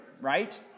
Right